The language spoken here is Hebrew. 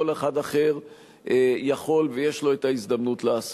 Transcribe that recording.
אחד אחר יכול ויש לו את ההזדמנות לעשות.